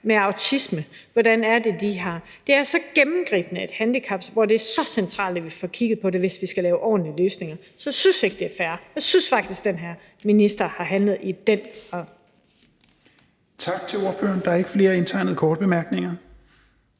med autisme. Det er så gennemgribende et handicap, hvor det er så centralt, at vi får kigget på det, hvis vi skal lave ordentlig løsninger. Så jeg synes ikke, det er fair. Jeg synes faktisk, at den her minister i den